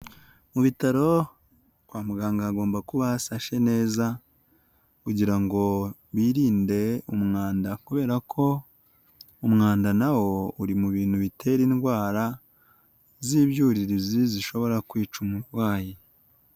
Mu bitaro kwa muganga hagomba kuba hasashe neza kugira ngo birinde umwanda kubera ko umwanda na wo uri mu bintu bitera indwara z'ibyuririzi zishobora kwica umurwayi.